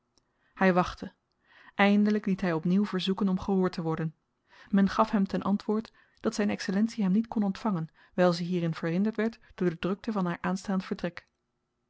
hy wachtte eindelyk liet hy op nieuw verzoeken om gehoord te worden men gaf hem ten antwoord dat zyn excellentie hem niet kon ontvangen wyl ze hierin verhinderd werd door de drukte van haar aanstaand vertrek